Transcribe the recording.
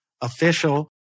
official